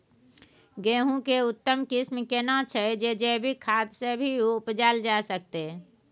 गेहूं के उत्तम किस्म केना छैय जे जैविक खाद से भी उपजायल जा सकते?